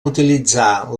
utilitzar